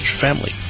family